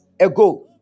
ago